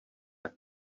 tak